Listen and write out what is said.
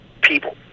people